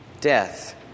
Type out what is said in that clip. death